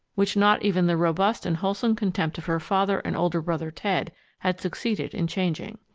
which not even the robust and wholesome contempt of her father and older brother ted had succeeded in changing.